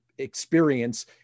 experience